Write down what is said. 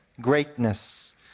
greatness